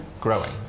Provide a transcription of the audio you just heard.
growing